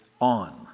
on